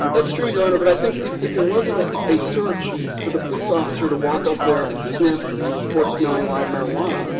that's true, your honor, but i think if if it wasn't a search for the police officer to walk up there and sniff and report smelling live marijuana,